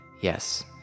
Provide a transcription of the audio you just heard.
yes